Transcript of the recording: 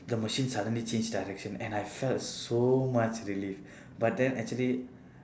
the machine suddenly change direction and I felt so much relieve but then actually